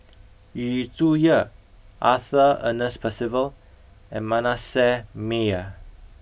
Yu Zhuye Arthur Ernest Percival and Manasseh Meyer